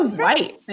white